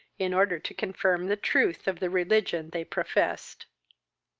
in order to confirm the truth of the religion they professed.